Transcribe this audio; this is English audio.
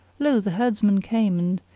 lo! the herdsman came and,